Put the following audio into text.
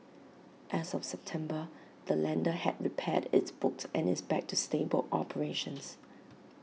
as of September the lender had repaired its books and is back to stable operations